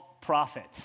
prophet